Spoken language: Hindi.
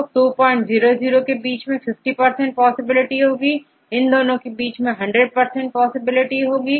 तो 200 के बीच में 50 पॉसिबिलिटी होगी और इन दोनों के बीच में हंड्रेड परसेंट पॉसिबिलिटी होगी